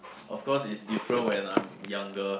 of course is different when I'm younger